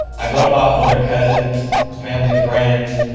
i go to my older cousins, family friends,